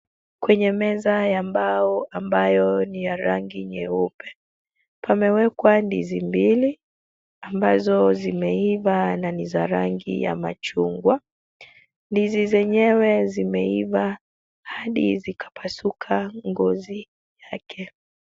Kwenye meza ya mbao ambayo ni ya rangi nyeupe, pamewekwa ndizi mbili ambazo zimeiva na ni za rangi ya machungwa. Ndizi zenyewe zimeiva hadi zikapasuka ngozi yake.